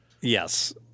Yes